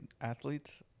athletes